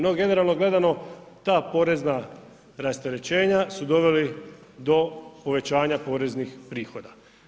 No, generalno gledano, ta porezna rasterećenja su doveli do povećanja poreznih prihoda.